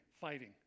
fighting